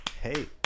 Hey